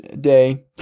day